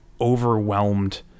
overwhelmed